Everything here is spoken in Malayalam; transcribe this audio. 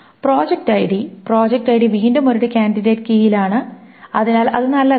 പ്രോജക്റ്റ് ഐഡി പ്രൊജക്റ്റ് ഐഡി വീണ്ടും ഒരു കാൻഡിഡേറ്റ് കീയിലാണ് അതിനാൽ അത് നല്ലതാണ്